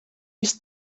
ist